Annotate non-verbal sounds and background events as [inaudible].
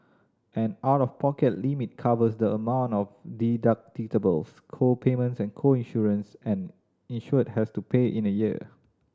an out of pocket limit covers the amount of [unintelligible] co payments and co insurance an insured has to pay in a year